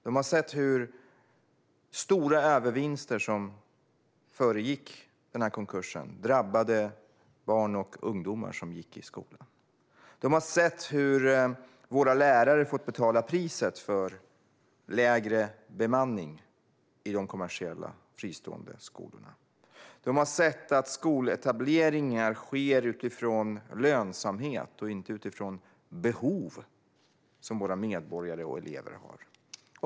De har sett hur de stora övervinster som föregick konkursen drabbade barn och ungdomar som gick i skolan. De har sett hur våra lärare fått betala priset för lägre bemanning i de kommersiella fristående skolorna. De har sett att skoletableringar sker utifrån lönsamhet, inte utifrån behov som våra medborgare och elever har.